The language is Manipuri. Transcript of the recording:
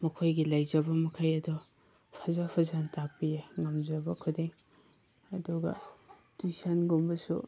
ꯃꯈꯣꯏꯒꯤ ꯂꯩꯖꯕ ꯃꯈꯩ ꯑꯗꯣ ꯐꯖ ꯐꯖꯅ ꯇꯥꯛꯄꯤꯌꯦ ꯉꯝꯖꯕ ꯈꯨꯗꯤꯡ ꯑꯗꯨꯒ ꯇ꯭ꯌꯨꯁꯟꯒꯨꯝꯕꯁꯨ